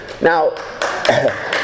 Now